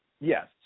Yes